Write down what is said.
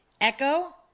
Echo